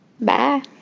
bye